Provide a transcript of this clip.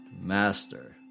master